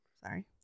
Sorry